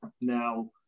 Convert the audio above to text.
Now